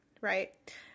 right